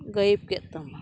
ᱜᱟᱭᱮᱵ ᱠᱮᱫ ᱛᱟᱢᱟ